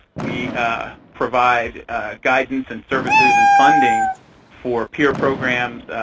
we provide guidance and services and funding for peer programs,